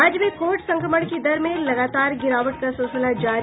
राज्य में कोविड संक्रमण की दर में लगातार गिरावट का सिलसिला जारी